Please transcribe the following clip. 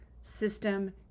system